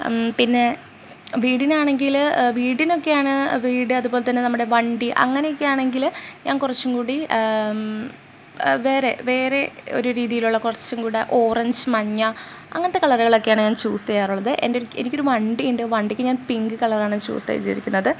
പിന്നെ വീടിനാണെങ്കിൽ വീടിനൊക്കെയാണ് വീട് അതുപോലെത്തന്നെ നമ്മുടെ വണ്ടി അങ്ങനെയെക്കെ ആണെങ്കിൽ ഞാന് കുറച്ചും കൂടി വേറെ വേറെ ഒരു രീതിയിലുള്ള കുറച്ചുംങ്കൂടെ ഓറഞ്ച് മഞ്ഞ അങ്ങനത്തെ കളറുകളൊക്കെയാണ് ഞാന് ചൂസ് ചെയ്യാറുള്ളത് എന്റെ എനിക്കൊരു വണ്ടിയുണ്ട് വണ്ടിക്ക് ഞാന് പിങ്ക് കളറാണ് ചൂസ് ചെയ്തിരിക്കുന്നത്